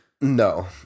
No